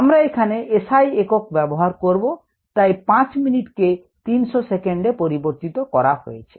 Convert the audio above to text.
আমরা এখানে SI একক ব্যবহার করব তাই 5 মিনিট কে 300 সেকেন্ডে পরিবর্তিত করা হয়েছে